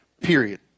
Period